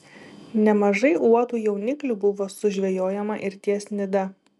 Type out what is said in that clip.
nemažai uotų jauniklių buvo sužvejojama ir ties nida